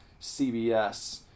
CBS